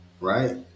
right